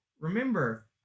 remember